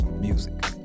music